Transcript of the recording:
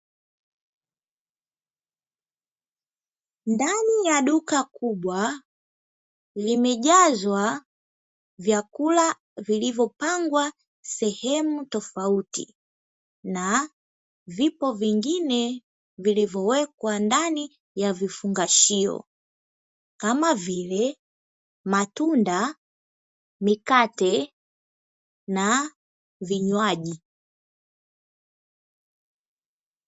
Ndani ya duka kubwa, limejazwa vyakula vilivyopangwa sehemu tofauti, na vipo vingine vilivyowekwa ndani ya vifungashio, kama vile matunda, mikate, na vinywaji.